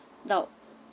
now